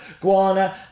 Guana